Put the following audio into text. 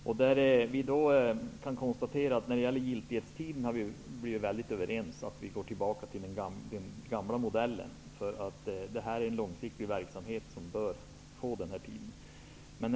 När det gäller giltighetstiden är vi överens om att gå tillbaka till den gamla modellen. Detta är en långsiktig verksamhet som bör få den tiden.